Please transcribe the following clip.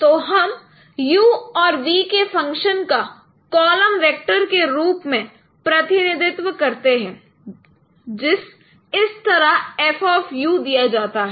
तो हम u और v के फंक्शन का कॉलम वेक्टर के रूप में प्रतिनिधित्व करते हैं जिस इस तरह F दिया जाता है